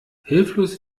hilflos